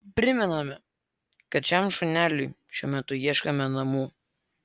primename kad šiam šuneliui šiuo metu ieškome namų